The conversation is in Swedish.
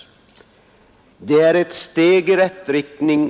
Det är ett viktigt steg i rätt riktning.